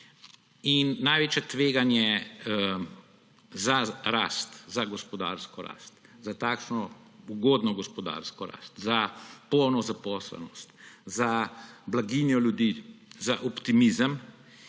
Največje tveganje za gospodarsko rast, za ugodno gospodarsko rast, za polno zaposlenost, za blaginjo ljudi, za optimizem